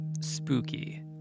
spooky